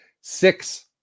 six